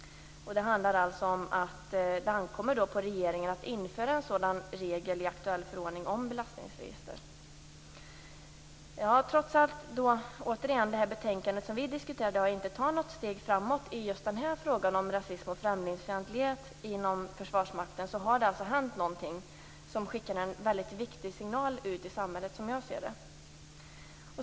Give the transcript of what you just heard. Det handlar alltså om att det ankommer på regeringen att införa en sådan regel i aktuell förordning om belastningsregister. Trots att det betänkande vi diskuterar inte tar något steg framåt just i frågan om rasism och främlingsfientlighet inom Försvarsmakten har det alltså hänt något som skickar ut en viktig signal i samhället, som jag ser det.